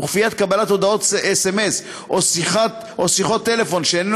וכפיית קבלת הודעות סמ"ס או שיחות טלפון שאיננו